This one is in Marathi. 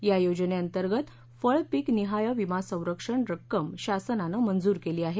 या योजनेतंगत फळपिक निहाय विमा संरक्षण रक्कम शासनानं मंजूर केली आहे